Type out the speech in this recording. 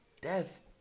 Death